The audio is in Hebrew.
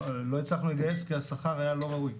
לא הצלחנו לגייס כי השכר היה לא ראוי.